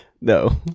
No